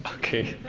okay.